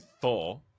Thor